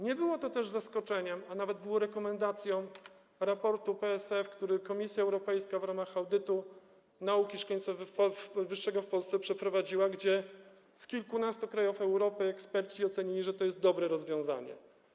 Nie było to też zaskoczeniem, a nawet było rekomendacją raportu PSF, który Komisja Europejska w ramach audytu w obszarze nauki i szkolnictwa wyższego w Polsce przeprowadziła, gdzie z kilkunastu krajów Europy eksperci ocenili, że to jest dobre rozwiązanie.